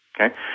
Okay